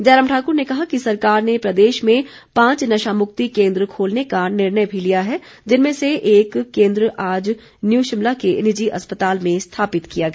जयराम ठाक्र ने कहा कि सरकार ने प्रदेश में पांच नशामुक्ति केन्द्र खोलने का निर्णय भी लिया है जिनमें से एक केन्द्र आज न्यू शिमला के निजी अस्पताल में स्थापित किया गया